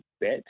bet